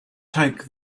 take